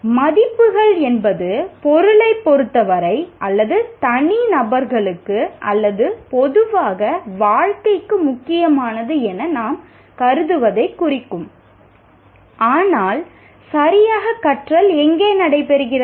மதிப்புகள் என்பது ஒரு தனி நபருக்கோ அல்லது பொது வாழ்க்கைக்கோ முக்கியமானதாக நாம் கருதலாம் ஆனால் சரியாக கற்றல் எங்கே நடைபெறுகிறது